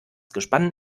gespann